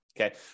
okay